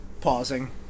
Pausing